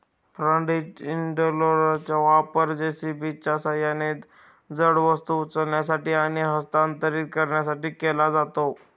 front end लोडरचा वापर जे.सी.बीच्या सहाय्याने जड वस्तू उचलण्यासाठी आणि हस्तांतरित करण्यासाठी केला जातो